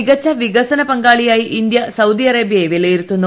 മികച്ച വികസന പങ്കാളിയായി ഇന്ത്യ സൌദി അറേബ്യയെ വിലയിരുത്തുന്നു